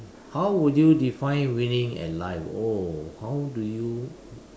how would you define winning at life oh how do you